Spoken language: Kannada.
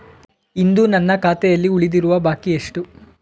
ಇಂದು ನನ್ನ ಖಾತೆಯಲ್ಲಿ ಉಳಿದಿರುವ ಬಾಕಿ ಎಷ್ಟು?